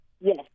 Yes